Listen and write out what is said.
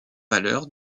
valeur